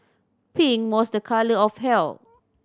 pink was a colour of health